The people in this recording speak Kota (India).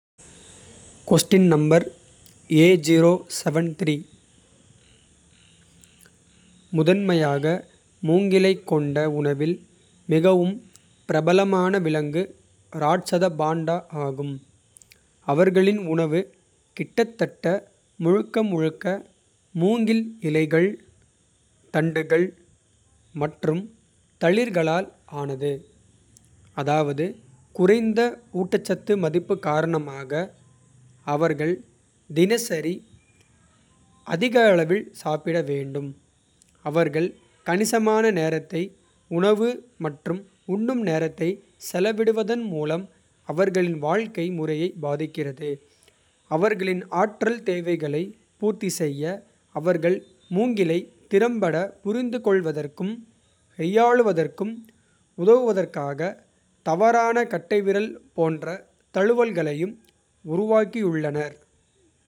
முதன்மையாக மூங்கிலைக் கொண்ட உணவில் மிகவும். பிரபலமான விலங்கு ராட்சத பாண்டா ஆகும். அவர்களின் உணவு கிட்டத்தட்ட முழுக்க முழுக்க மூங்கில். இலைகள் தண்டுகள் மற்றும் தளிர்களால் ஆனது. அதாவது குறைந்த ஊட்டச்சத்து மதிப்பு காரணமாக. அவர்கள் தினசரி அதிக அளவில் சாப்பிட வேண்டும். அவர்கள் கணிசமான நேரத்தை உணவு மற்றும் உண்ணும். நேரத்தை செலவிடுவதன் மூலம் அவர்களின் வாழ்க்கை. முறையை பாதிக்கிறது அவர்களின் ஆற்றல் தேவைகளை. பூர்த்தி செய்ய அவர்கள் மூங்கிலை திறம்பட. புரிந்துகொள்வதற்கும் கையாளுவதற்கும் உதவுவதற்காக. தவறான கட்டைவிரல் போன்ற தழுவல்களையும் உருவாக்கியுள்ளனர்.